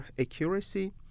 accuracy